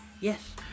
Yes